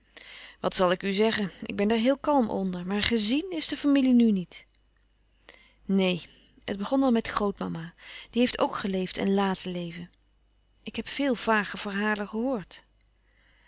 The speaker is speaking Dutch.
wat zal ik u zeggen ik ben daar heel kalm onder maar gezièn is de familie nu niet louis couperus van oude menschen de dingen die voorbij gaan neen het begon al met grootmama die heeft ook geleefd en laten leven ik heb veel vage verhalen gehoord